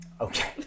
Okay